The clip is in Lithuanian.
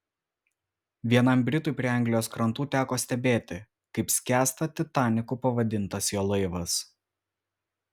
vienam britui prie anglijos krantų teko stebėti kaip skęsta titaniku pavadintas jo laivas